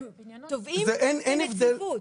אתם תובעים כנציבות.